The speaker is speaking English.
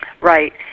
Right